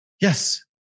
Yes